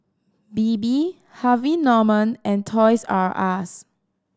Bebe Harvey Norman and Toys R Us